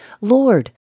Lord